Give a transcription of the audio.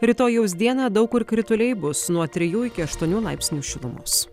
rytojaus dieną daug kur krituliai bus nuo trijų iki aštuonių laipsnių šilumos